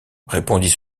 répondit